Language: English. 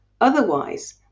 Otherwise